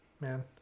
Man